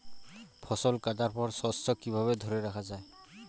ফসল কাটার পর শস্য কিভাবে ধরে রাখা য়ায়?